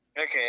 Okay